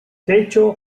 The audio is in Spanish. techo